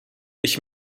ich